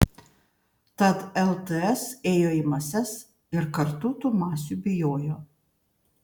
tad lts ėjo į mases ir kartu tų masių bijojo